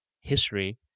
history